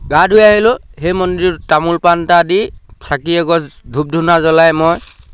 গা ধুই আহিলোঁ সেই মন্দিৰটোত তামোল পাণ দি চাকি অগছ ধূপ ধূনা জ্বলাই মই